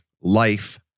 Life